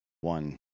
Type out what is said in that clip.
one